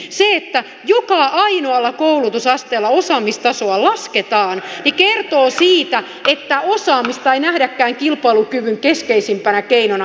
se että joka ainoalla koulutusasteella osaamistasoa lasketaan kertoo siitä että osaamista ei nähdäkään kilpailukyvyn keskeisimpänä keinona